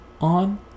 on